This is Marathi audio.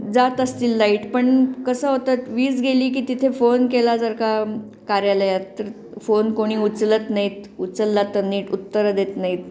जात असतील लाईट पण कसं होतं वीज गेली की तिथे फोन केला जर का कार्यालयात तर फोन कोणी उचलत नाही आहेत उचलला तर नीट उत्तरं देत नाही आहेत